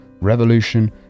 revolution